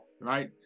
right